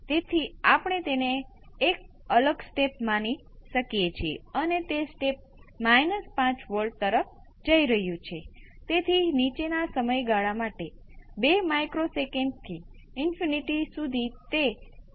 તેથી આપણને 1 delta t RC delta square t square 2 × R square C square ઉચ્ચ વોલ્ટ એવા પદ જેમાં delta d cube delta t થી 4 અને એજ રીતે મળશે